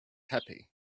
happy